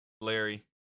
Larry